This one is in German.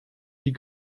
die